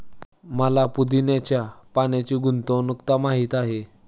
मला पुदीन्याच्या पाण्याची गुणवत्ता माहित आहे